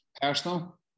personal